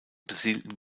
besiedelten